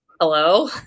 hello